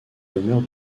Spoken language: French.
demeure